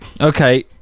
Okay